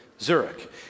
Zurich